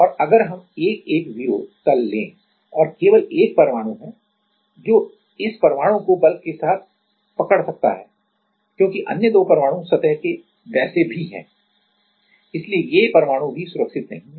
और अगर हम 1 1 0 तल लें और केवल 1 परमाणु है जो इस परमाणु को बल्क के साथ पकड़ सकता है क्योंकि अन्य दो परमाणु सतह के वैसे भी हैं इसलिए ये परमाणु भी सुरक्षित नहीं हैं